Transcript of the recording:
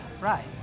right